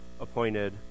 appointed